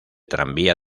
tranvía